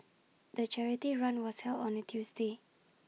the charity run was held on A Tuesday